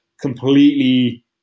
completely